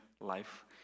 life